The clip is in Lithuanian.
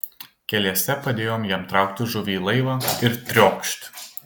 keliese padėjom jam traukti žuvį į laivą ir triokšt